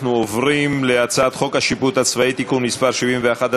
אנחנו עוברים להצעת חוק השיפוט הצבאי (תיקון מס' 71),